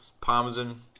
parmesan